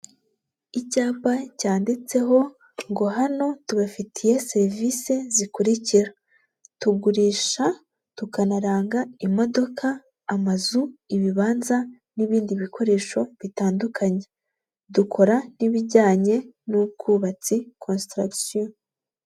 Icyapa cyanditseho ngo hano tubafitiye serivisi zikurikira: tugurisha, tukanaranga imodoka, amazu, ibibanza n'ibindi bikoresho bitandukanye, dukora n'ibijyanye n'ubwubatsi construction.